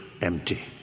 empty